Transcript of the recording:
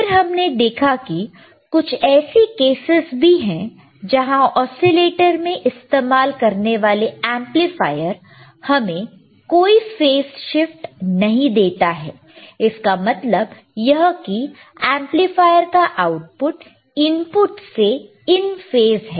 फिर हमने देखा कि कुछ ऐसी केसेस भी है जहां ओसीलेटर में इस्तेमाल करने वाले एंपलीफायर हमें कोई फेस शिफ्ट नहीं देता है इसका मतलब यह कि एंपलीफायर का आउटपुट इनपुट से इन फेस है